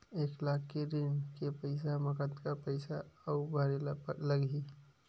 एक लाख के ऋण के पईसा म कतका पईसा आऊ भरे ला लगही?